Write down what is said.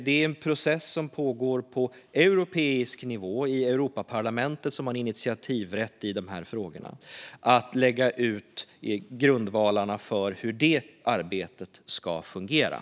Det pågår en process på europeisk nivå i Europaparlamentet, som har initiativrätt i dessa frågor, att lägga ut grundvalarna för hur arbetet ska fungera.